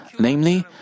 Namely